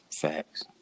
facts